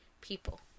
people